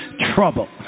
trouble